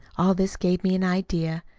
all this gave me an idea,